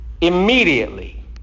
Immediately